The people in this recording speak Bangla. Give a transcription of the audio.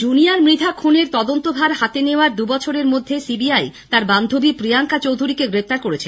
জুনিয়র মৃধা খুনের তদন্তভার হাতে নেওয়ার দুবছরের মধ্যে সিবিআই তার বান্ধবী প্রিয়াঙ্কা চৌধুরীকে গ্রেপ্তার করেছে